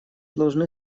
должны